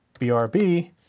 BRB